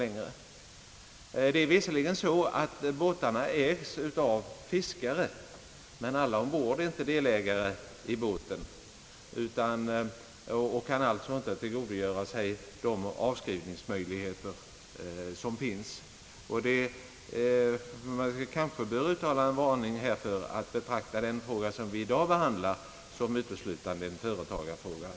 Båtarna ägs visserligen av fiskare, men alla ombord är inte delägare i båten och kan alltså inte tillgodogöra sig de avskrivningsmöjligheter som finns. Jag vill därför varna för att betrakta den fråga vi i dag behandlar som uteslutande en företagarfråga.